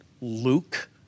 Luke